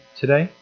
today